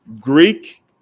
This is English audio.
Greek